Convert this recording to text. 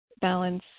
balance